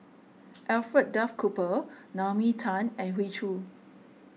Alfred Duff Cooper Naomi Tan and Hoey Choo